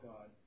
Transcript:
God